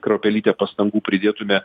kruopelytę pastangų pridėtume